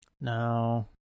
No